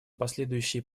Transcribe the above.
последующие